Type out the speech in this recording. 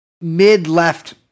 mid-left